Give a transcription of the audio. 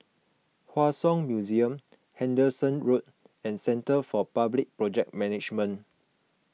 Hua Song Museum Henderson Road and Centre for Public Project Management